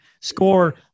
score